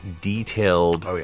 detailed